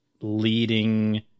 leading